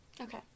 Okay